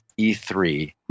E3